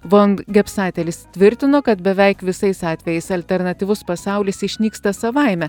van gepsatelis tvirtino kad beveik visais atvejais alternatyvus pasaulis išnyksta savaime